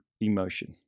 emotion